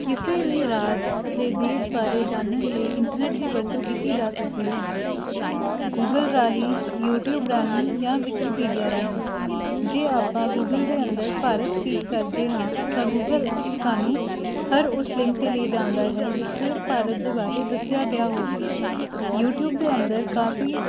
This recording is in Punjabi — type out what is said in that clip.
ਕਿਸੇ ਵੀ ਰਾਜ ਅਤੇ ਦੇਸ਼ ਬਾਰੇ ਜਾਨਣ ਲਈ ਇੰਟਰਨੈਟ ਦੀ ਵਰਤੋਂ ਕੀਤੀ ਜਾ ਸਕਦੀ ਹੈ ਗੂਗਲ ਰਾਹੀਂ ਯੂਟਿਊਬ ਰਾਹੀਂ ਜਾਂ ਵਿਕੀਪੀਡੀਆ ਰਾਹੀਂ ਜੇ ਆਪਾਂ ਗੂਗਲ ਦੇ ਅੰਦਰ ਭਾਰਤ ਫੀਡ ਕਰਦੇ ਹਾਂ ਤਾਂ ਗੂਗਲ ਸਾਨੂੰ ਹਰ ਉਸ ਲਿੰਕ 'ਤੇ ਲੈ ਜਾਂਦਾ ਹੈ ਜਿੱਥੇ ਭਾਰਤ ਦੇ ਬਾਰੇ ਦੱਸਿਆ ਗਿਆ ਹੋਵੇ ਯੂਟਿਊਬ ਦੇ ਅੰਦਰ ਕਾਫੀ